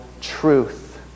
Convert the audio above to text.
truth